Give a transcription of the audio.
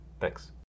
Thanks